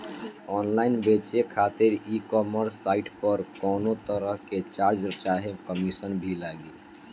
Online बेचे खातिर e commerce site पर कौनोतरह के चार्ज चाहे कमीशन भी लागी?